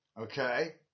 Okay